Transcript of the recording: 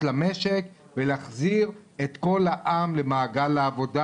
למשק ולהחזיר את כל העם למעגל העבודה.